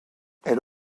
elle